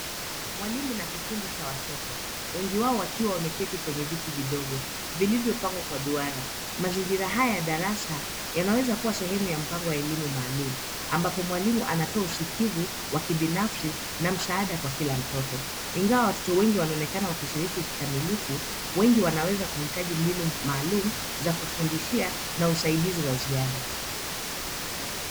Mwalimu na kikundi cha watoto wengi wao wakiwa wameketi kwenye viti vidogo vilivyopangwa kwa duara. Mazingira haya ya darasa yanaweza kua mpango maalum ambapo mwalimu anatoa usikivu wa kibinafsi na msaada kwa kila mtoto. Ingawa watoto wengi wanaonekana wakishiriki kikamilifu, wengi wanaweza kuhitaji mbinu maalum za kufundishia na usaidizi wa ziada.